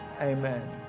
Amen